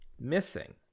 missing